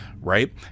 Right